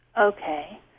Okay